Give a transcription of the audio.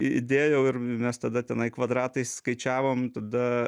įdėjau ir mes tada tenai kvadratais skaičiavom tada